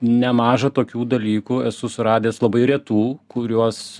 nemaža tokių dalykų esu suradęs labai retų kuriuos